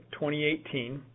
2018